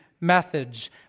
methods